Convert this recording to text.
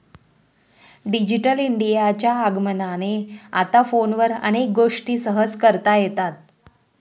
digital इंडियाच्या आगमनाने आता फोनवर अनेक गोष्टी सहज करता येतात